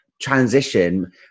transition